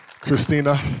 Christina